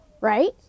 right